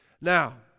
Now